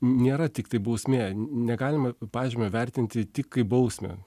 nėra tiktai bausmė negalima pažymio vertinti tik kaip bausmę